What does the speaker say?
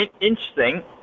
Interesting